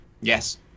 Yes